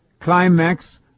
climax